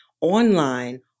online